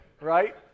right